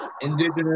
Indigenous